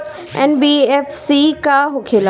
NBFC का होंखे ला?